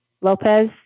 Lopez